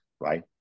right